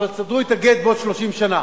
אבל תסדרו את הגט בעוד 30 שנה.